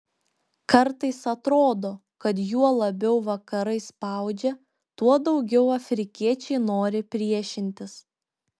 kartais atrodo kad juo labiau vakarai spaudžia tuo daugiau afrikiečiai nori priešintis